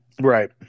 Right